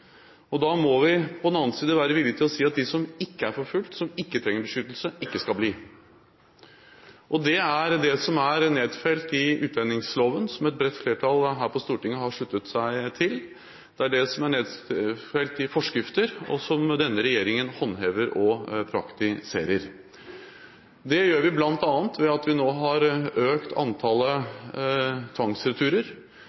Da må vi på den annen side være villige til å si at de som ikke er forfulgt, som ikke trenger beskyttelse, ikke skal bli. Det er det som er nedfelt i utlendingsloven, og som et bredt flertall her på Stortinget har sluttet seg til. Det er det som er nedfelt i forskrifter, og som denne regjeringen håndhever og praktiserer. Det gjør vi bl.a. ved at vi nå har økt